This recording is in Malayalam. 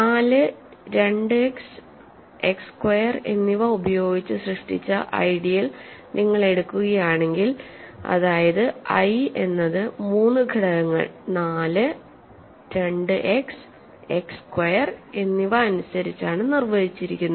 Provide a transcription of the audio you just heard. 4 2 എക്സ് എക്സ് സ്ക്വയർ എന്നിവ ഉപയോഗിച്ച് സൃഷ്ടിച്ച ഐഡിയൽ നിങ്ങൾ എടുക്കുകയാണെങ്കിൽ അതായത് ഐ എന്നത് മൂന്ന് ഘടകങ്ങൾ 4 2 എക്സ് എക്സ് സ്ക്വയർ എന്നിവ അനുസരിച്ചാണ് നിർവചിച്ചിരിക്കുന്നത്